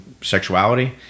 Sexuality